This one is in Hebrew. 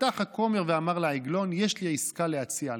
פתח הכומר ואמר לעגלון: יש לי עסקה להציע לך,